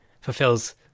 fulfills